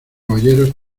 boyeros